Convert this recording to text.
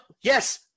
Yes